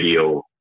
video